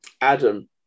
Adam